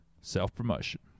Self-promotion